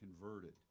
converted